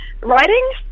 writing